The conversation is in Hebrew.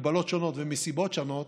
מהגבלות שונות ומסיבות שונות,